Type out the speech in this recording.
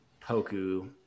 Poku